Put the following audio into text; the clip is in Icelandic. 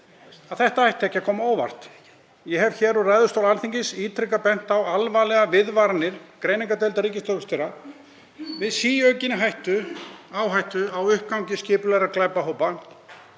þetta ætti ekki að koma á óvart. Ég hef hér úr ræðustóli Alþingis ítrekað bent á alvarlegar viðvaranir greiningardeildar ríkislögreglustjóra við síaukinni hættu á uppgangi skipulagðra glæpahópa,